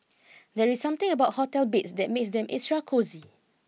there is something about hotel beds that makes them extra cosy